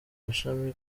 gashami